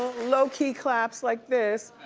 low key claps like this.